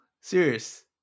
Serious